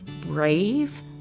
brave